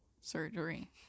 surgery